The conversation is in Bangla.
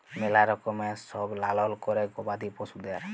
ম্যালা রকমের সব লালল ক্যরে গবাদি পশুদের